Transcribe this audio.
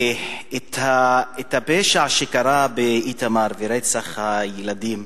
הפשע שקרה באיתמר ורצח הילדים,